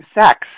sex